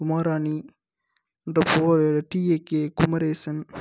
Umarani TAK Kumaresan